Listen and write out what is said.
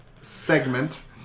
segment